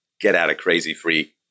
get-out-of-crazy-free